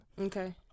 Okay